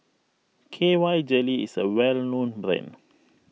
K Y Jelly is a well known brand